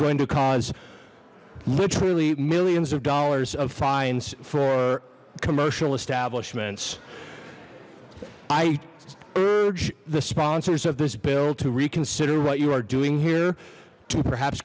going cause literally millions of dollars of fines for commercial establishments i urge the sponsors of this bill to reconsider what you are doing here perhaps